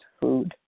food